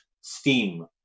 steam